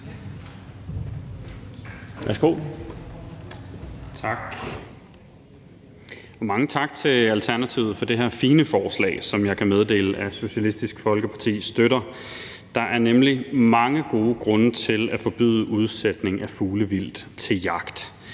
(SF): Tak, og mange tak til Alternativet for det her fine forslag, som jeg kan meddele at Socialistisk Folkeparti støtter. Der er nemlig mange gode grunde til at forbyde udsætning af fuglevildt til jagt.